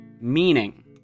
meaning